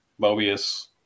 Mobius